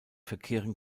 verkehren